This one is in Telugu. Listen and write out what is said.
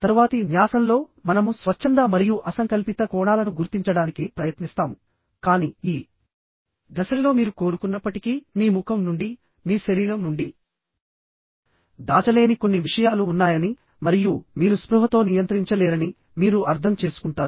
తరువాతి న్యాసంలో మనము స్వచ్ఛంద మరియు అసంకల్పిత కోణాలను గుర్తించడానికి ప్రయత్నిస్తాము కానీ ఈ దశలో మీరు కోరుకున్నప్పటికీమీ ముఖం నుండిమీ శరీరం నుండి దాచలేని కొన్ని విషయాలు ఉన్నాయని మరియు మీరు స్పృహతో నియంత్రించలేరని మీరు అర్థం చేసుకుంటారు